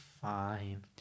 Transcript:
fine